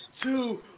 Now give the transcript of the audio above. two